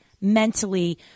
mentally